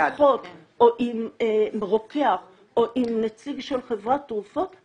ואם עשיתי פשע בפגישה עם אחות או עם רוקח או עם נציג של חברת תרופות,